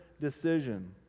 decision